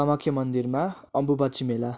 कामाख्या मन्दिरमा अम्बोबाछी मेला